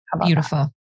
Beautiful